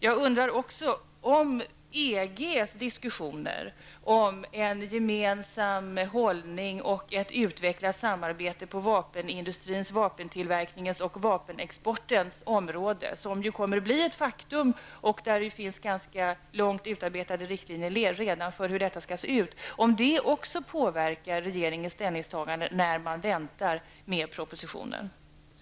Jag undrar om EGs diskussioner om en gemensam hållning och ett utvecklat samarbete på vapenindustrins, vapentillverkningens och vapenexportens område, som ju kommer att bli ett faktum och där det redan finns långt utarbetade riktlinjer för hur det skall se ut, också påverkar regeringens ställningstagande när man väntar med propositionen.